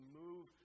move